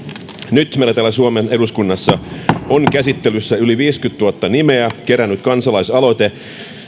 nyt meillä täällä suomen eduskunnassa on käsittelyssä yli viisikymmentätuhatta nimeä kerännyt kansalaisaloite